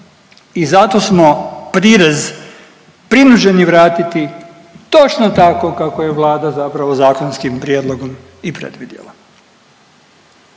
I zato smo prirez prinuđeni vratiti točno tako kako je Vlada zapravo zakonskim prijedlogom i predvidjela.